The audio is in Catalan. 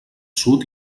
sud